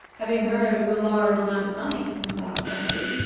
having heard of the large amount of money on the horn o' plenty,